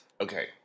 Okay